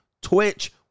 Twitch